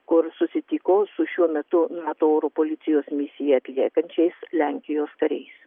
kur susitiko su šiuo metu nato oro policijos misiją atliekančiais lenkijos kariais